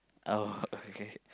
oh okay K K